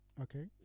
okay